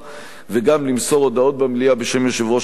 וגם למסור הודעות במליאה בשם יושב-ראש הוועדה.